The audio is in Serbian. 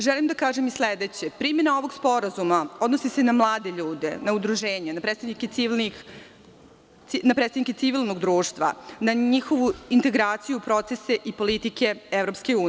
Želim da kažem i sledeće – primena ovog sporazuma odnosi se na mlade ljude, na udruženja, na predstavnike civilnog društva, na njihovu integraciju u procese i politike EU.